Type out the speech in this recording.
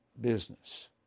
business